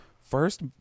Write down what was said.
first